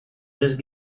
just